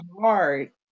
hard